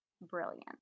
brilliant